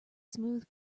smooth